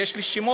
ויש לי שמות,